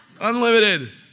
Unlimited